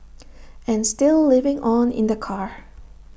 and still living on in the car